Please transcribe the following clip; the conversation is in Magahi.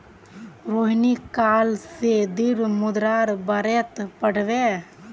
रोहिणी काल से द्रव्य मुद्रार बारेत पढ़बे